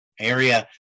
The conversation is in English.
area